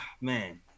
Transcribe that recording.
man